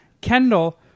Kendall